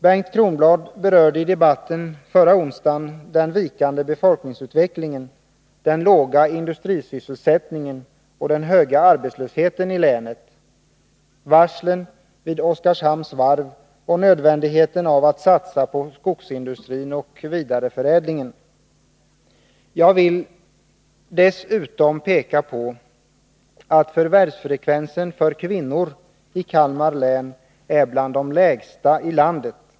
Bengt Kronblad berörde i debatten förra onsdagen den vikande befolkningsutvecklingen, den låga industrisysselsättningen och den höga arbetslösheten i länet, varslen vid Oskarshamns varv och nödvändigheten av att satsa på skogsindustrin och vidareförädlingen. Jag vill dessutom peka på att förvärvsfrekvensen för kvinnor i Kalmar län är bland de lägsta i landet.